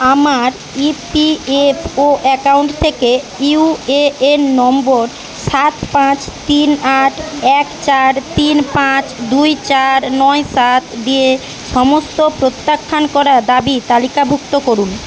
আমার EPFO account থেকে UAN number সাত পাঁচ তিন আট এক চার তিন পাঁচ দুই চার নয় সাত দিয়ে সমস্ত প্রত্যাখ্যান করা দাবি তালিকাভুক্ত করুন